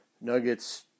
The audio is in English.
Nuggets